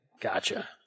Gotcha